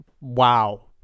Wow